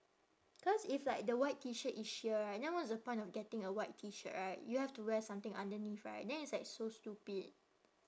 cause if like the white T shirt is sheer right then what's the point of getting a white T shirt right you have to wear something underneath right then it's like so stupid